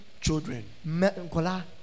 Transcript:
Children